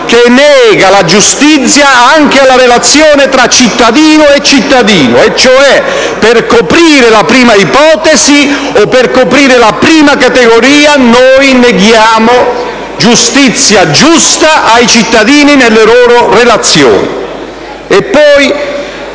che nega la giustizia anche nella relazione tra cittadino e cittadino. Quindi, per coprire la prima ipotesi o la prima categoria noi neghiamo giustizia giusta ai cittadini nelle loro relazioni.